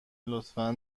لطفا